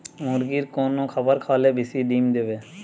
মুরগির কোন খাবার খাওয়ালে বেশি ডিম দেবে?